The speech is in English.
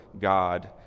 God